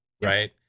right